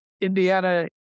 Indiana